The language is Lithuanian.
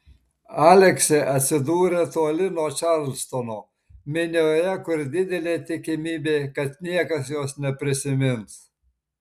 aleksė atsidūrė toli nuo čarlstono minioje kur didelė tikimybė kad niekas jos neprisimins